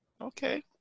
Okay